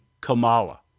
Kamala